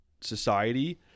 society